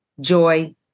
joy